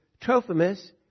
Trophimus